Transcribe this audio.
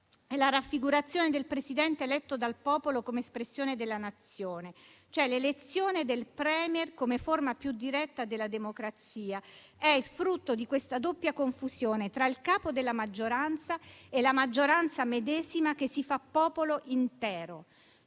la raffigurazione del Presidente eletto dal popolo come espressione della Nazione. L'elezione del *Premier* come forma più diretta della democrazia è il frutto della doppia confusione tra il capo della maggioranza e la maggioranza medesima che si fa popolo intero.